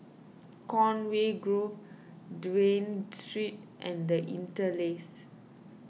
Conway Grove Dafne Street and the Interlace